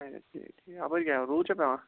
اچھا ٹھیٖک ٹھیٖک اَپٲر کیاہ روٗد چھا پیٚوان